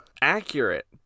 Accurate